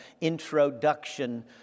introduction